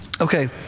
Okay